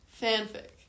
Fanfic